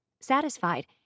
Satisfied